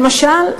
למשל,